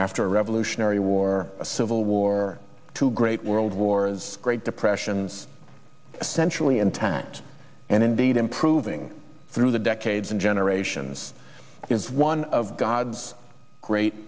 after revolutionary war civil war two great world wars great depressions essentially intact and indeed improving through the decades and generations is one of god's great